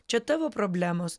čia tavo problemos